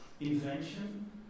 Invention